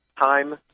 time